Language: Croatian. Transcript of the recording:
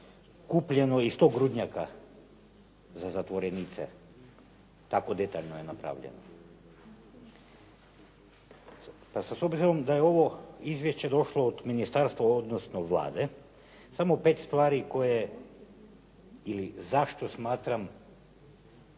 kupljeno i 100 grudnjaka za zatvorenice, tako detaljno je napravljeno. S obzirom da je ovo izvješće došlo od ministarstva, odnosno Vlade, samo 5 stvari koje ili zašto smatram